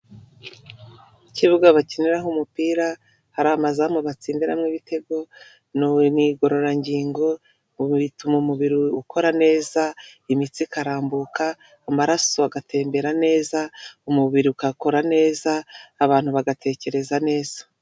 Ikibuga bakiniraho umupira hari amazamu batsindiramo ibitego ni ubugororangingo bituma umubiri ukora neza imitsi ikarambuka amaraso agatembera neza umubiri ugakora neza abantu bagatekereza neza .